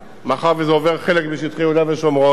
מאחר שזה עובר, חלק, בשטחי יהודה ושומרון,